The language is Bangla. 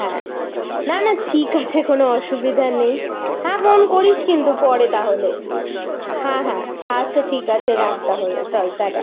হ্যাঁ না না ঠিক আছে কোনো অসুবিধা নেই হ্যাঁ ফোন করিস কিন্তু পরে তাহলে হ্যাঁ হ্যাঁ আচ্ছা ঠিক আছে রাখ তাহলে চল টাটা